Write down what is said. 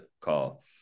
call